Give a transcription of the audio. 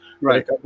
Right